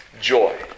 joy